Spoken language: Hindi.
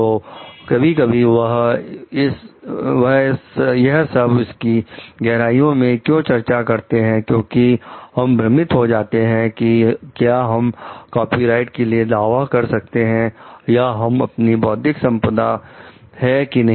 तो कभी कभी हम यह सब इतनी गहराइयों में क्यों चर्चा करते हैं क्योंकि हम भ्रमित हो जाते हैं कि क्या हम कॉपीराइट के लिए दावा कर सकते हैं या यह हमारी बौद्धिक संपदा है कि नहीं